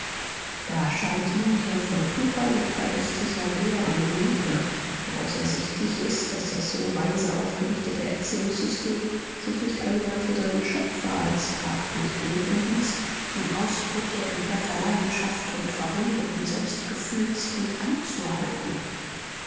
da schalt ihn herr von tucher mit verächtlicher ruhe einen lügner woraus ersichtlich ist daß das so weise aufgerichtete erziehungssystem sich nicht einmal für seinen schöpfer als tragfähig genug erwies um ausbrüche empörter leidenschaft und verwundeten selbstgefühls hintanzuhalten die